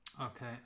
Okay